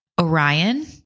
Orion